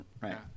Right